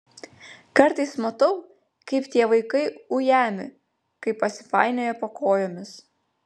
kartais matau kaip tie vaikai ujami kai pasipainioja po kojomis